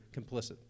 complicit